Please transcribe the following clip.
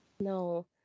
No